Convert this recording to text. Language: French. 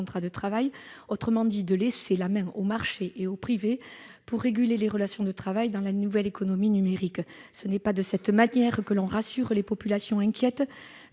de travail. Autrement dit, il ne faut pas laisser la main au marché et au privé pour réguler les relations de travail dans la nouvelle économie numérique ! Ce n'est pas de cette manière que l'on rassurera les populations qu'inquiète